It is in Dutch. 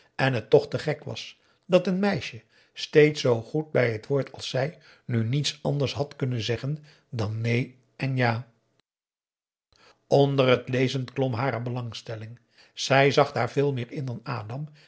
en het toch te gek was dat een meisje steeds zoo goed bij het woord als zij nu niets anders had kunnen zeggen dan neen en ja onder het lezen klom hare belangstelling zij zag daar veel meer in